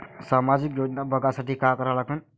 सामाजिक योजना बघासाठी का करा लागन?